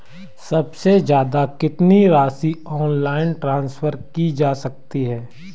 सबसे ज़्यादा कितनी राशि ऑनलाइन ट्रांसफर की जा सकती है?